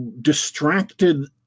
distracted